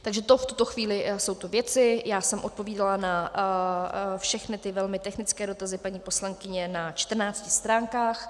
Takže v tuto chvíli jsou to věci, já jsem odpovídala na všechny ty velmi technické dotazy paní poslankyně na čtrnácti stránkách.